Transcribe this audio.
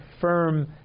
firm